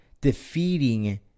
defeating